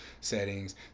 settings